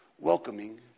welcoming